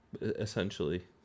essentially